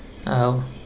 um